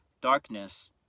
darkness